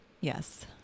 yes